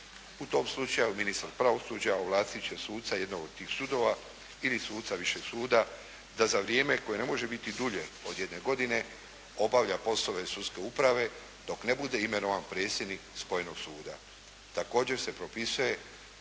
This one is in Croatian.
U tom slučaju ministar pravosuđa ovlastit će suca jednog od tih sudova ili suca višeg suda, da za vrijeme koje ne može biti dulje od jedne godine, obavlja poslove sudske uprave dok ne bude imenovan predsjednik spojenog suda.